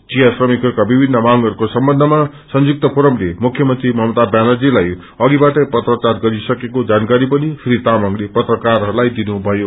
चिया श्रकिमकहरूका विभिन्न मांगहरूको सम्बन्ध्मा संयुक्त ुसिरमले मुख्य मंत्री ममता व्यानर्जीलाई अघि बाटै पत्राचार गरि सकिएको जानकारी पनि श्री तामंगले पत्रकारहरूलाई दिनुभयो